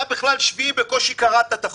אתה בכלל השביעי, בקושי קראת את החוק.